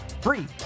free